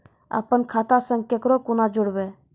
अपन खाता संग ककरो कूना जोडवै?